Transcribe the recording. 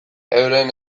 euren